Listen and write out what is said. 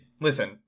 Listen